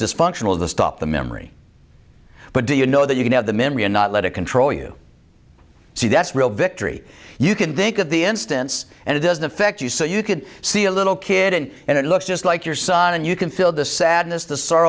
dysfunctional to stop the memory but do you know that you can have the memory and not let it control you see that's real victory you can think of the instance and it doesn't affect you so you could see a little kid and and it looks just like your son and you can feel the sadness the sor